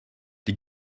die